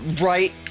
right